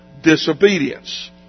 Disobedience